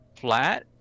flat